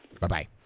Bye-bye